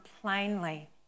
plainly